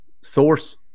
source